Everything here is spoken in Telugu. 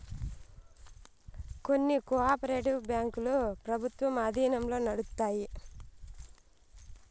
కొన్ని కో ఆపరేటివ్ బ్యాంకులు ప్రభుత్వం ఆధీనంలో నడుత్తాయి